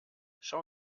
schau